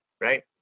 right